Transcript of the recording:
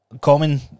Common